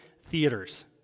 theaters